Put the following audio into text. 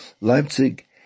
Leipzig